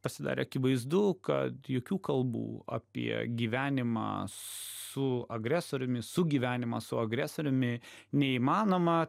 pasidarė akivaizdu kad jokių kalbų apie gyvenimą su agresoriumi sugyvenimą su agresoriumi neįmanoma